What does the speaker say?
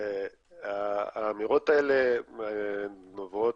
אמירות האלה נובעות,